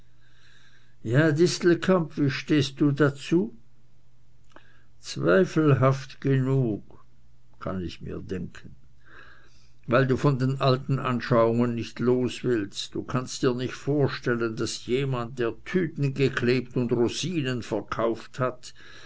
ja distelkamp wie stehst du dazu zweifelhaft genug kann ich mir denken weil du von den alten anschauungen nicht los willst du kannst dir nicht vorstellen daß jemand der tüten geklebt und rosinen verkauft hat